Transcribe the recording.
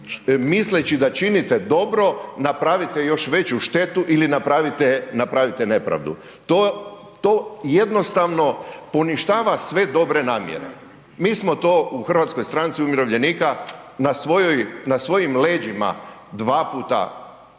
misleći da činite dobro napravite još veću štetu ili napravite nepravdu. To jednostavno poništava sve dobre namjere. Mi smo to u Hrvatskoj stranci umirovljenika na svojim leđima dva puta iskušali.